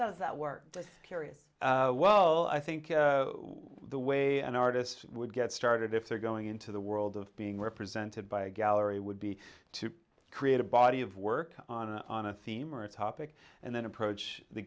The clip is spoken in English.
does that work just curious well i think the way an artist would get started if they're going into the world of being represented by a gallery would be to create a body of work on a on a theme or a topic and then approach the